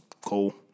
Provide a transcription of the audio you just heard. Cool